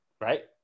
right